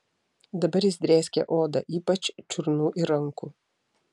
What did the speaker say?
dabar jis drėskė odą ypač čiurnų ir rankų